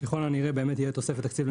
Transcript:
ככל הנראה באמת תהיה תוספת תקציב.